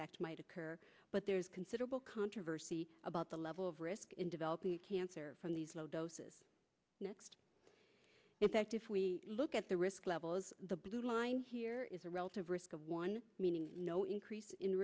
effect might occur but there is considerable controversy about the level of risk in developing cancer from these low doses next effect if we look at the risk level as the blue line here is a relative risk of one meaning no increase in